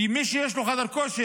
כי מי שיש לו חדר כושר,